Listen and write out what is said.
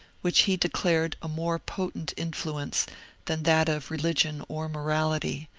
which he declared a more potent influence than that of religion or morality,